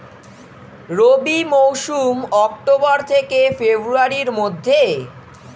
রবি মৌসুম অক্টোবর থেকে ফেব্রুয়ারির মধ্যে